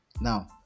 Now